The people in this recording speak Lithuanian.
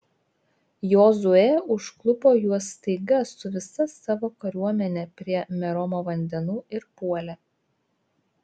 jozuė užklupo juos staiga su visa savo kariuomene prie meromo vandenų ir puolė